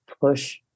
push